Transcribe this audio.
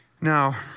Now